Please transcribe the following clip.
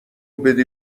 بدی